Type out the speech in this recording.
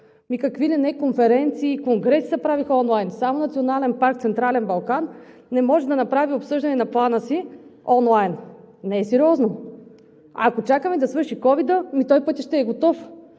Какви ли не конференции и конгреси се правиха онлайн, а само Национален парк „Централен Балкан“ не може да направи обсъждане на плана си онлайн. Не е сериозно! Ако чакаме да свърши COVID, ами той пътят ще е готов.